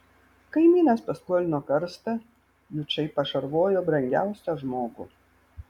kaimynas paskolino karstą jučai pašarvojo brangiausią žmogų